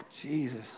Jesus